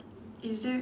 is there